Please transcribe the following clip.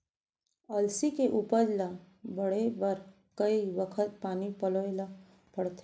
अलसी के उपज ला बढ़ए बर कय बखत पानी पलोय ल पड़थे?